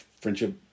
friendship